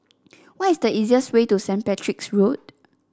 what is the easiest way to Saint Patrick's Road